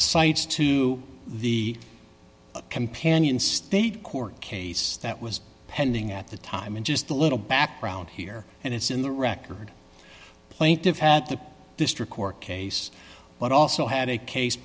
cites to the companion state court case that was pending at the time and just a little background here and it's in the record plaintiffs at the district court case but also had a case